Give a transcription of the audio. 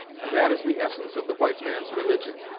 and that is the essence of the white man's religion.